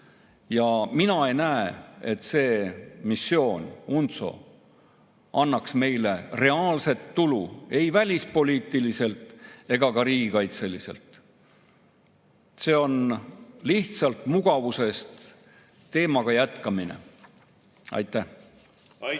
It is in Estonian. Ja mina ei näe, et missioon UNTSO annaks meile reaalset tulu kas välispoliitiliselt või riigikaitseliselt. See on lihtsalt mugavusest teemaga jätkamine. Jaa,